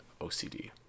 OCD